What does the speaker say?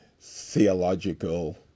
theological